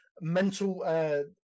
mental